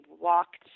walked